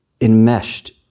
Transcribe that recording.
enmeshed